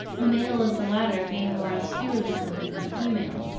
the male of the latter being more obscurely coloured than the female.